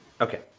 Okay